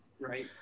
right